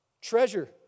treasure